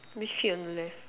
mystery on the left